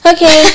Okay